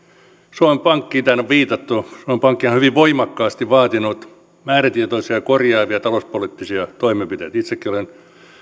suomen pankkiin täällä on viitattu suomen pankkihan on hyvin voimakkaasti vaatinut määrätietoisia korjaavia talouspoliittisia toimenpiteitä itsekin olen